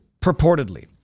purportedly